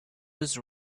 was